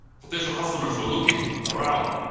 potential customers were looking around,